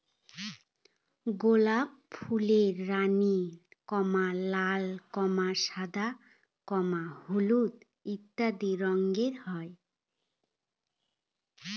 গোলাপ ফুলের রানী, লাল, সাদা, হলুদ ইত্যাদি রঙের হয়